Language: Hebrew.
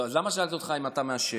למה שאלתי אותך אם אתה מעשן?